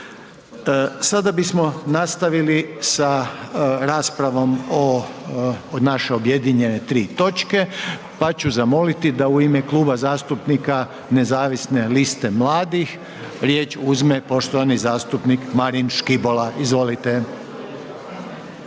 Sada bismo nastavili sa raspravom o, o naše objedinjene 3 točke, pa ću zamoliti da u ime Kluba zastupnika Nezavisne liste mladih riječ uzme poštovani zastupnik Marin Škibola, izvolite.